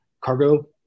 cargo